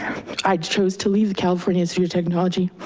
i chose to leave the california institute of technology.